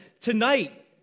tonight